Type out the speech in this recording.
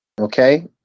okay